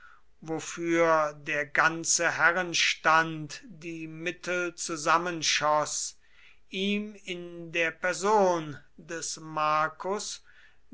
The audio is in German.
wofür der ganze herrenstand die mittel zusammenschoß ihm in der person des marcus